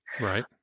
Right